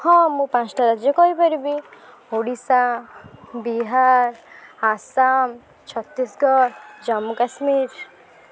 ହଁ ମୁଁ ପାଞ୍ଚଟା ରାଜ୍ୟ କହିପାରିବି ଓଡ଼ିଶା ବିହାର ଆସାମ ଛତିଶଗଡ଼ ଜାମ୍ମୁକାଶ୍ମୀର